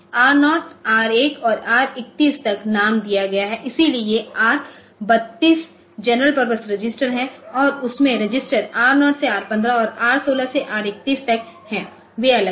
R0 R1 को R 31 तक नाम दिया गया है इसलिए ये R 32 जनरल परपज रजिस्टर है और उसमें रजिस्टर R0 से R15 और R16 से R31 तक हैं वे अलग हैं